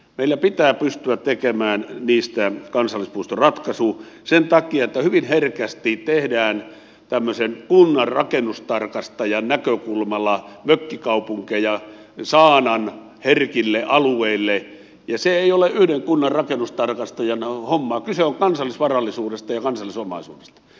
meillä pitää pystyä tekemään niistä kansallispuistoratkaisu sen takia että hyvin herkästi tehdään tämmöisen kunnan rakennustarkastajan näkökulmasta mökkikaupunkeja saanan herkille alueille ja se ei ole yhden kunnan rakennustarkastajan hommaa kyse on kansallisvarallisuudesta ja kansallisomaisuudesta